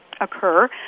occur